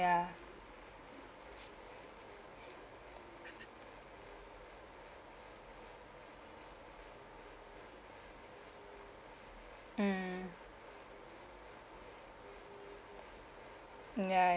ya mm mm ya